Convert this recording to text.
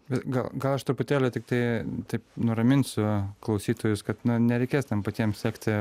bet gal gal aš truputėlį tiktai taip nuraminsiu klausytojus kad na nereikės ten patiem sekti